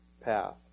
path